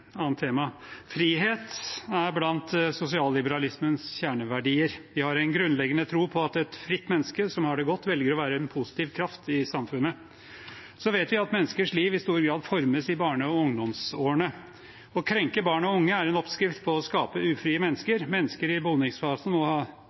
annet tema: Frihet er blant sosialliberalismens kjerneverdier. Vi har en grunnleggende tro på at et fritt menneske som har det godt, velger å være en positiv kraft i samfunnet. Så vet vi at menneskers liv i stor grad formes i barne- og ungdomsårene. Å krenke barn og unge er en oppskrift på å skape ufrie